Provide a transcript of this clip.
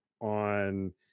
on